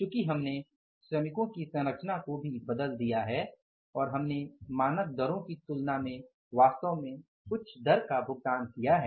चुकी हमने श्रमिकों की संरचना को भी बदल दिया है और हमने मानक दरों की तुलना में वास्तव में उच्च दर का भुगतान किया है